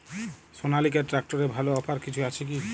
সনালিকা ট্রাক্টরে ভালো অফার কিছু আছে কি?